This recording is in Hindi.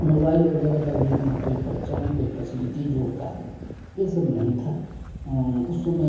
मोबाइल वग़ैरह का भी इतना कोई प्रचलन कोई फैसिलिटी जो होती है यह सब नहीं थी उस समय